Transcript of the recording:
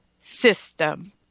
system